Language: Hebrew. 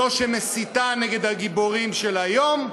זו שמסיתה נגד הגיבורים של היום,